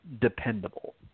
dependable